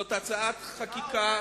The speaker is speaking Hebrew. זאת הצעת חקיקה,